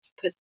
put